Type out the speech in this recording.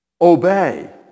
Obey